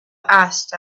asked